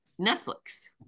Netflix